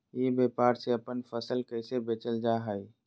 ई व्यापार से अपन फसल कैसे बेचल जा हाय?